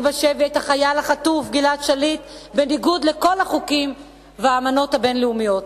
בשבי את החייל החטוף גלעד שליט בניגוד לכל החוקים והאמנות הבין-לאומיות.